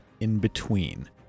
in-between